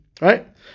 Right